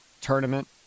tournament